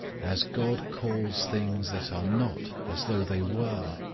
as god calls things that are not, as though they were,